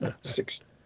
six